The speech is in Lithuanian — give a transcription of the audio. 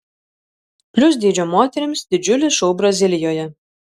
plius dydžio moterims didžiulis šou brazilijoje